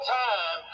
time